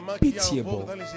pitiable